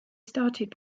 started